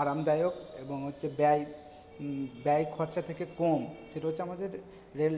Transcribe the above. আরামদায়ক এবং হচ্ছে ব্যয় ব্যয় খরচা থেকে কম সেটা হচ্ছে আমাদের রেল